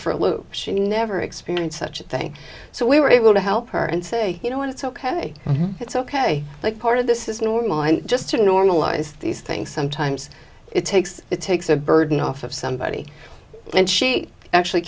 for a loop she never experienced such a thing so we were able to help her and say you know what it's ok it's ok like part of this is normal just to normalize these things sometimes it takes it takes a burden off of somebody and she actually